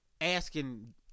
Asking